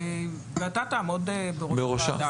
ואתה תעמוד בראש הוועדה,